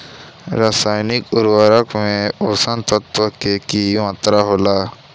रसायनिक उर्वरक में पोषक तत्व के की मात्रा होला?